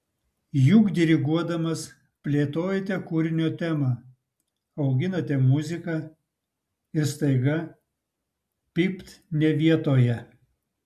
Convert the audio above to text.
juk diriguodamas plėtojate kūrinio temą auginate muziką ir staiga pypt ne vietoje